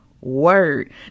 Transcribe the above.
word